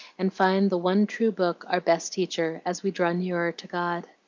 and find the one true book our best teacher as we draw near to god.